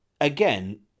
again